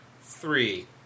three